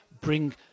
bring